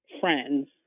friends